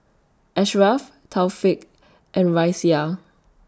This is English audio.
Ashraf Taufik and Raisya